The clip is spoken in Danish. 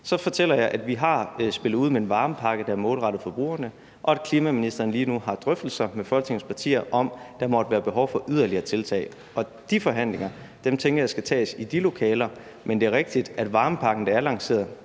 Så fortæller jeg, at vi har spillet ud med en varmepakke, der er målrettet forbrugerne, og at klimaministeren lige nu har drøftelser med Folketingets partier om, om der måtte være behov for yderligere tiltag. Og de forhandlinger tænker jeg skal tages i de lokaler. Men det er rigtigt, at varmepakken, der er lanceret,